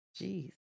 Jeez